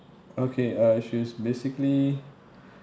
okay uh she was basically